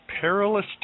Perilous